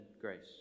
grace